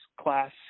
class